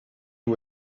you